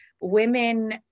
women